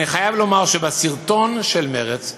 אני חייב לומר שבסרטון של מרצ,